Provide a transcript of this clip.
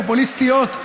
פופוליסטיות,